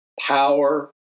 power